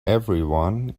everyone